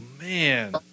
man